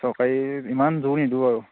চৰকাৰী ইমান জোৰ নিদিওঁ আৰু